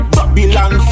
Babylon